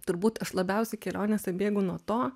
turbūt aš labiausiai kelionėse bėgu nuo to